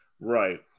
Right